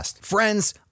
Friends